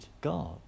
God